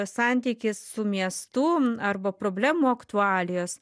santykis su miestu arba problemų aktualijos